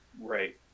Right